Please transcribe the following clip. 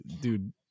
Dude